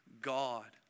God